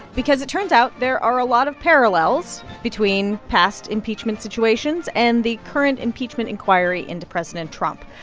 because it turns out there are a lot of parallels between past impeachment situations and the current impeachment inquiry into president trump.